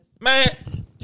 Man